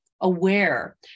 aware